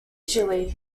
chile